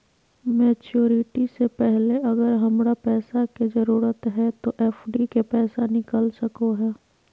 Maturity से पहले अगर हमरा पैसा के जरूरत है तो एफडी के पैसा निकल सको है?